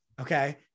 Okay